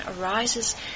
arises